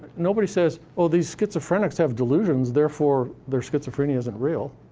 nobody says, oh, these schizophrenics have delusions, therefore their schizophrenia isn't real.